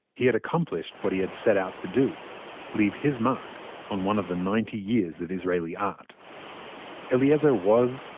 he had accomplished what he had set out to do leave his mark on one of the ninety years of israeli art eliezer was,